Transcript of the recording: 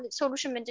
solution